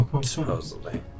Supposedly